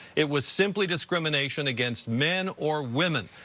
it was simply discrimination against men or women.